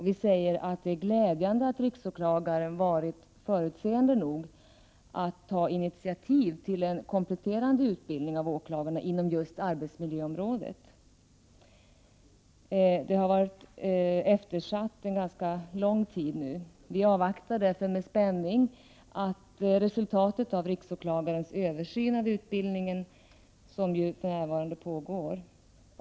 I detta yttrande sägs att det är glädjande att riksåklagaren har varit förutseende nog att ta initiativ till en kompletterande utbildning av åklagarna inom just arbetsmiljöområdet. Detta område har under en ganska lång tid varit eftersatt. Miljöpartiet avvaktar därför med spänning resultatet av riksåklagarens översyn av utbildningen som för närvarande pågår.